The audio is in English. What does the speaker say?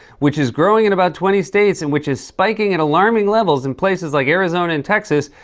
which is growing in about twenty states, and which is spiking at alarming levels in places like arizona and texas,